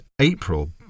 April